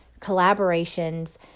collaborations